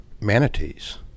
manatees